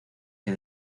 que